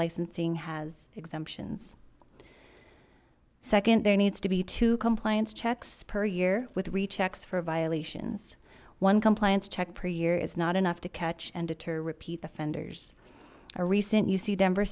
licensing has exemptions second there needs to be two compliance checks per year with rechecks for violations one compliance check per year is not enough to catch and deter repeat offenders a recent uc denver